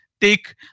take